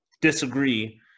disagree